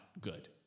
good